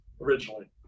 originally